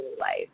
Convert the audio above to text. life